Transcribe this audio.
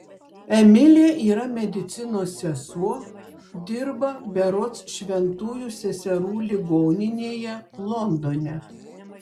emilė yra medicinos sesuo dirba berods šventųjų seserų ligoninėje londone